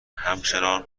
همچنان